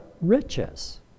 riches